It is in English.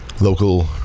local